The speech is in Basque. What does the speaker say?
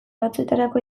batzuetarako